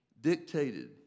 dictated